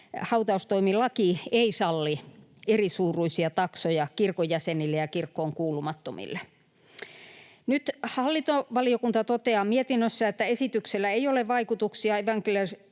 hautaustoimilaki ei salli erisuuruisia taksoja kirkon jäsenille ja kirkkoon kuulumattomille. Nyt hallintovaliokunta toteaa mietinnössään, että esityksellä ei ole vaikutuksia